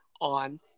on